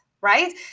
right